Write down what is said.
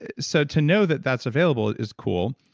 ah so to know that, that's available is cool.